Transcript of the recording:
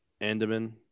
Andaman